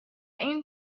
این